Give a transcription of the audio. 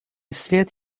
вслед